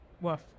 Woof